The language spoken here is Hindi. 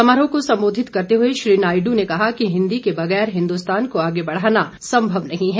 समारोह को संबोधित करते हुए श्री नायड् ने कहा कि हिन्दी के बगैर हिन्दुस्तान को आगे बढ़ाना संभव नहीं है